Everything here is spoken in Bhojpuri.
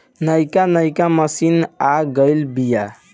नइका नइका मशीन आ गइल बिआ